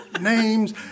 names